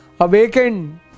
awakened